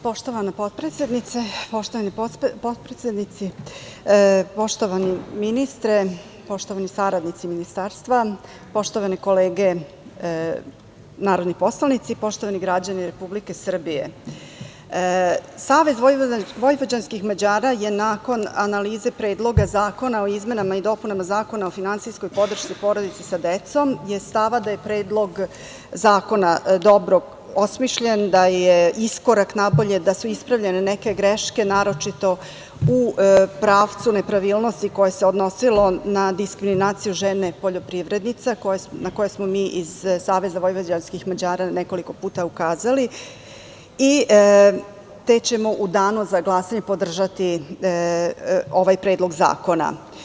Poštovana potpredsednice, poštovani potpredsednici, poštovani ministre, poštovani saradnici iz ministarstva, poštovane kolege narodni poslanici, poštovani građani Republike Srbije, Savez vojvođanskih Mađara je nakon analize Predloga zakona o izmenama i dopunama Zakona o finansijskoj podršci porodici sa decom je stava da je Predlog zakona dobro osmišljen, da je iskorak napolje, da su ispravljene neke greške, naročito u pravcu nepravilnosti koje se odnosilo na diskriminaciju žene poljoprivrednice, na koje smo mi iz SVM nekoliko puta ukazali, te ćemo u danu za glasanje podržati ovaj predlog zakona.